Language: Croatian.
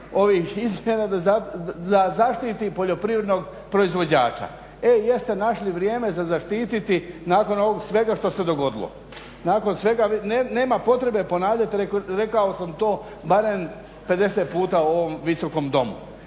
ovih izmjena da zaštiti poljoprivrednog proizvođača, e jeste našli vrijeme za zaštititi nakon ovog svega što se dogodilo, nakon svega nema potrebe ponavljati rekao sam to barem 50 puta u ovom Visokom domu.